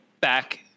back